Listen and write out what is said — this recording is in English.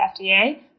FDA